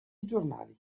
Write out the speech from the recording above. giornali